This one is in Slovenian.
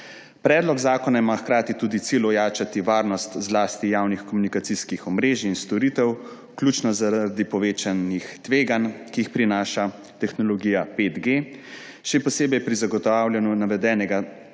Predlog zakona ima hkrati tudi cilj ojačati varnost zlasti javnih komunikacijskih omrežij in storitev, vključno zaradi povečanih tveganj, ki jih prinaša tehnologija 5G, še posebej pri zagotavljanju navedenega